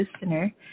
listener